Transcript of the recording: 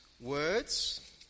words